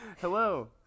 hello